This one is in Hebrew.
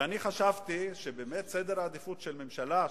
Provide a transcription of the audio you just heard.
ואני חשבתי שבאמת סדר העדיפויות של ממשלה,